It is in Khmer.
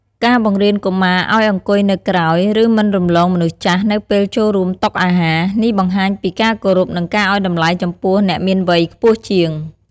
ការបង្រៀនកុមារឲ្យអង្គុយនៅក្រោយ ឬមិនរំលងមនុស្សចាស់នៅពេលចូលរួមតុអាហារ នេះបង្ហាញពីការគោរព និងការឲ្យតម្លៃចំពោះអ្នកមានវ័យខ្ពស់ជាង។